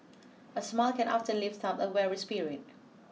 a smile can often lift up a weary spirit